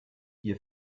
ihr